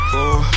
Four